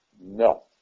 No